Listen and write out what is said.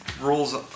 rules